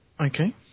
Okay